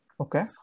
Okay